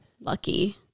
lucky